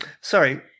Sorry